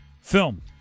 film